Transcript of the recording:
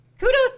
kudos